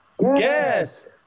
yes